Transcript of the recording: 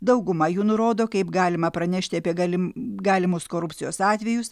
dauguma jų nurodo kaip galima pranešti apie galim galimus korupcijos atvejus